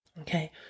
Okay